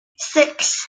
six